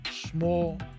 small